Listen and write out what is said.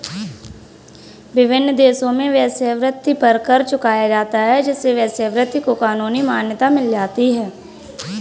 विभिन्न देशों में वेश्यावृत्ति पर कर चुकाया जाता है जिससे वेश्यावृत्ति को कानूनी मान्यता मिल जाती है